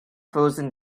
frozen